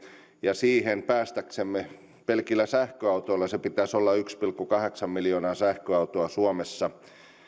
ja siihen pelkillä sähköautoilla päästäksemme pitäisi olla yksi pilkku kahdeksan miljoonaa sähköautoa suomessa